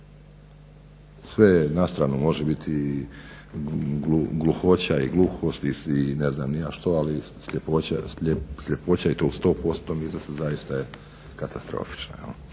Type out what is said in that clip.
je na stranu, može biti gluhoća i gluhost i ne znam ni ja što, ali sljepoća je tu 100%, mislim da zaista je katastrofično.